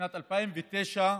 בשנת 2009,